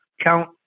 count